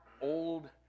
old